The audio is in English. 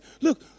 look